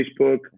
facebook